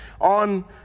on